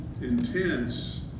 intense